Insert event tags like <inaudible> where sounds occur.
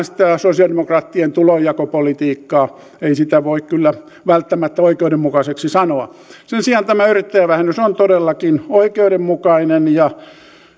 <unintelligible> sitä sosialidemokraattien tulonjakopolitiikkaa ei sitä voi kyllä välttämättä oikeudenmukaiseksi sanoa sen sijaan tämä yrittäjävähennys on todellakin oikeudenmukainen ja